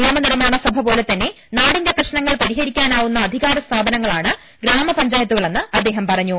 നിയമ നിർമ്മാ ണസഭയെപ്പോലെ തന്നെ നാടിന്റെ പ്രശ്നങ്ങൾ പരിഹരി ക്കാനാവുന്ന അധികാര സ്ഥാപനങ്ങളാണ് ഗ്രാമപഞ്ചായത്തുക ളെന്ന് അദ്ദേഹം പറഞ്ഞു